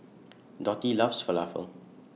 Dottie loves Falafel